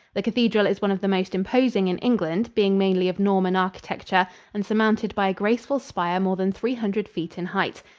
the cathedral is one of the most imposing in england, being mainly of norman architecture and surmounted by a graceful spire more than three hundred feet in height.